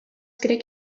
crec